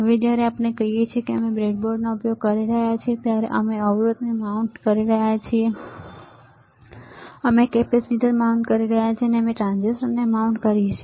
હવે જ્યારે આપણે કહીએ છીએ કે અમે બ્રેડબોર્ડનો ઉપયોગ કરી રહ્યા છીએ ત્યારે અમે અવરોધને માઉન્ટ કરી રહ્યા છીએ અમે કેપેસિટર્સ માઉન્ટ કરી રહ્યા છીએ અને અમે ટ્રાન્ઝિસ્ટરને માઉન્ટ કરી રહ્યા છીએ